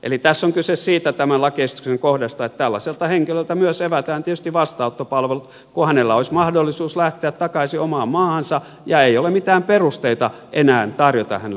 eli tässä on kyse siitä tämän lakiesityksen kohdasta että tällaiselta henkilöltä myös evätään tietysti vastaanottopalvelu kun hänellä olisi mahdollisuus lähteä takaisin omaan maahansa ja ei ole mitään perusteita enää tarjota hänelle vastaanottopalvelua